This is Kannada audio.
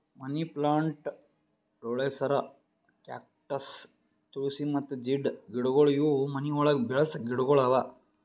ಮನಿ ಪ್ಲಾಂಟ್, ಲೋಳೆಸರ, ಕ್ಯಾಕ್ಟಸ್, ತುಳ್ಸಿ ಮತ್ತ ಜೀಡ್ ಗಿಡಗೊಳ್ ಇವು ಮನಿ ಒಳಗ್ ಬೆಳಸ ಗಿಡಗೊಳ್ ಅವಾ